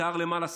שיער למעלה,